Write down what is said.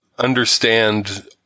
Understand